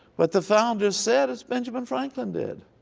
what the founders said as benjamin franklin did